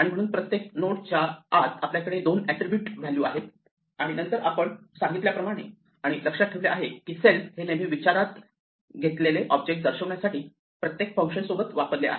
म्हणून प्रत्येक नोडच्या आत आपल्याकडे दोन एट्रिब्यूट व्हॅल्यू आहेत आणि नंतर आपण सांगितल्याप्रमाणे आणि लक्षात ठेवले आहे की सेल्फ हे नेहमी विचारात घेतलेले ऑब्जेक्ट दर्शवण्यासाठी प्रत्येक फंक्शन सोबत वापरले आहे